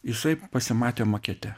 jisai pasimatė makete